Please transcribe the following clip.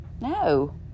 No